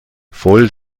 voll